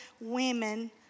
women